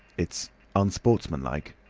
it's unsportsmanlike.